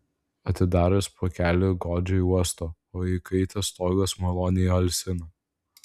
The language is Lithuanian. atidaręs pakelį godžiai uosto o įkaitęs stogas maloniai alsina